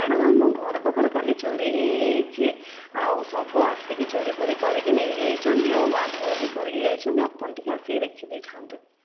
madam ଆମ ଘର ପାଖରେ କାଲି ଚୋରି ହେଇଯାଇଛି ଆଉ ସବୁ ଆସିକି ଚୋରି ଫୋରି କରିକି ନେଇଯାଇଛନ୍ତି ଆଉ ମାଡ଼ଗୋଳ ବି କରିକି ଯାଇଛନ୍ତି ଆପଣ ଟିକିଏ ଆସିକି ଦେଖିଦେଇଥାନ୍ତେ